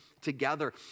together